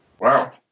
Wow